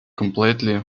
completely